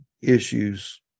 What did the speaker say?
issues